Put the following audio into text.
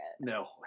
No